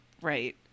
right